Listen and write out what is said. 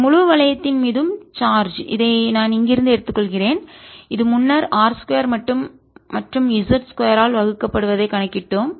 இந்த முழு வளையத்தின் மீதும் சார்ஜ் இதை நான் இங்கிருந்து எடுத்துக்கொள்கிறேன்இது முன்னர் r 2 மற்றும் z 2 ஆல் வகுக்கப்படுவதை கணக்கிட்டோம்